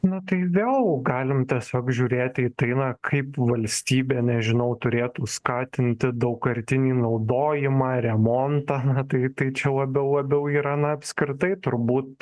na tai vėl galim tiesiog žiūrėti į tai na kaip valstybė nežinau turėtų skatinti daugkartinį naudojimą remontą na tai tai čia labiau labiau yra na apskritai turbūt